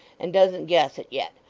and doesn't guess it yet,